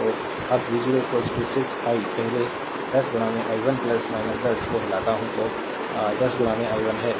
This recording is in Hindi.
तो अब v0 सिर्फ आई पहले 10 i 1 10 को हिलाता हूं तो 10 i 1 है